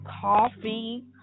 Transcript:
coffee